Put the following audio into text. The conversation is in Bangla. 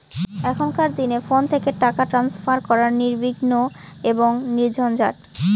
এখনকার দিনে ফোন থেকে টাকা ট্রান্সফার করা নির্বিঘ্ন এবং নির্ঝঞ্ঝাট